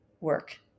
work